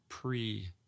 Pre